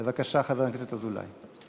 בבקשה, חבר הכנסת אזולאי.